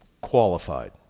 qualified